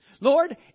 Lord